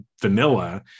vanilla